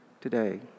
today